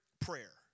prayer